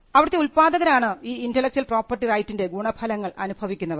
അവിടത്തെ ഉൽപ്പാദകരാണ് ഈ ഇന്റെലക്ച്വൽ പ്രോപ്പർട്ടി റൈറ്റിൻറെ ഗുണഫലങ്ങൾ അനുഭവിക്കുന്നവർ